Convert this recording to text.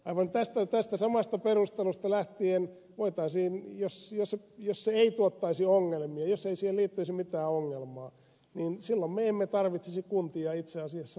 aivan tästä samasta perustelusta lähtien jos se ei tuottaisi ongelmia jos ei siihen liittyisi mitään ongelmaa me emme tarvitsisi kuntia itse asiassa lainkaan